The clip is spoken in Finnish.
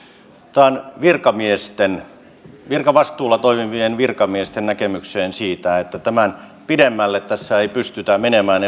tämä on virkamiesten virkavastuulla toimivien virkamiesten näkemys että tämän pidemmälle tässä ei pystytä menemään